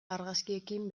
argazkiekin